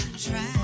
Try